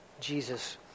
Jesus